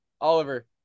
Oliver